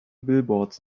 billboards